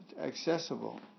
accessible